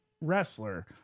wrestler